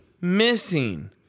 missing